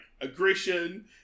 aggression